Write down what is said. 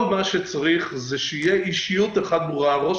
כל מה שצריך זה שתהיה אישיות אחת ברורה ראש